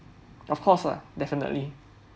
of course lah definitely